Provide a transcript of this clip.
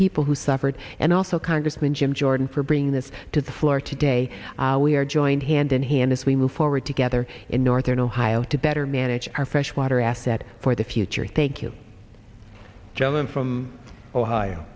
people who suffered and also congressman jim jordan for bringing this to the floor today we are joined hand in hand as we move forward together in northern ohio to better manage our freshwater asset for the future thank you gentleman from ohio